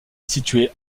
situé